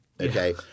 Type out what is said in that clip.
Okay